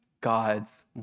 God's